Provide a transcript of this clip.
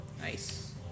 Nice